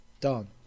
done